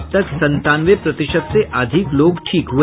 अब तक संतानवे प्रतिशत से अधिक लोग ठीक हुए